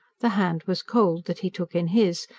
the hand was cold that he took in his,